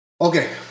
Okay